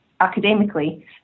academically